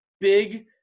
Big